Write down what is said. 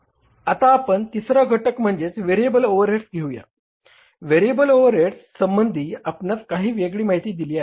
आता आपण तिसरा घटक म्हणजे व्हेरिएबल ओव्हरहेड्स घेऊया व्हेरिएबल ओव्हरहेड्स संबंधी आपणास काही वेगळी माहिती दिली आहे